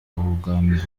ubwambure